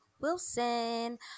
Wilson